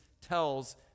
tells